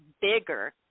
bigger